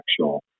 actual